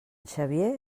xavier